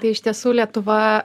tai iš tiesų lietuva